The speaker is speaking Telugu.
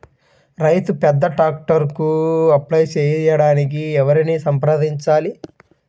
రైతు పెద్ద ట్రాక్టర్కు అప్లై చేయడానికి ఎవరిని సంప్రదించాలి?